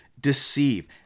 deceive